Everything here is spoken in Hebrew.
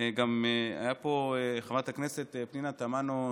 הייתה פה חברת הכנסת פנינה תמנו שטה,